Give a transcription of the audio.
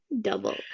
double